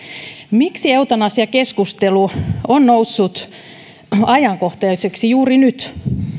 miksi eutanasiakeskustelu on noussut ajankohtaiseksi juuri nyt